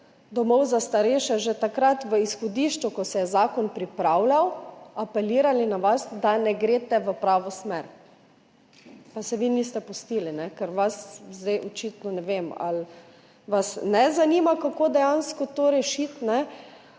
domov za starejše že takrat v izhodišču, ko se je zakon pripravljal, apelirali na vas, da ne greste v pravo smer, ampak se vi niste pustili, ker vas zdaj očitno ne zanima, kako dejansko to rešiti, po